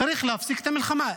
צריך להפסיק את המלחמה.